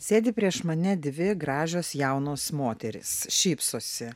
sėdi prieš mane dvi gražios jaunos moterys šypsosi